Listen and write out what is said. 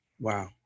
Wow